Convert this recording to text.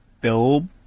Bill